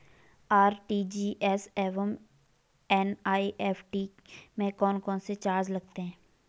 RTGS एवं NEFT में कौन कौनसे चार्ज लगते हैं?